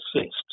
assist